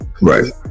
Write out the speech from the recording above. Right